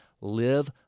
Live